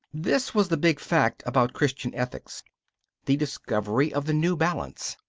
this was the big fact about christian ethics the discovery of the new balance.